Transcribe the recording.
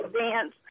dance